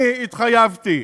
אני התחייבתי